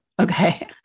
Okay